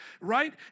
right